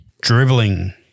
dribbling